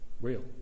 real